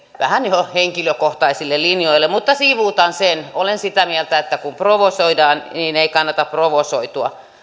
vähän niin kuin henkilökohtaisille linjoille mutta sivuutan sen olen sitä mieltä että kun provosoidaan ei kannata provosoitua